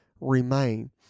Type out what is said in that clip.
Remain